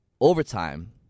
overtime